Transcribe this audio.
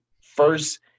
first